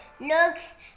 looks